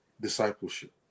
discipleship